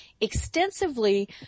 extensively